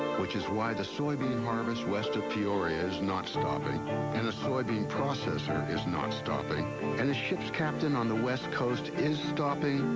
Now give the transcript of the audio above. which is why the soybean harvest west of peoria is not stopping and a soybean processor is not stopping and the ship's captain on the west coast is stopping,